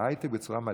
בהייטק בצורה מדהימה.